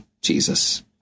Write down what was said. Jesus